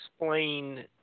explain